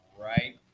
right